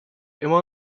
immer